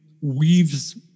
weaves